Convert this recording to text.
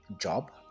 Job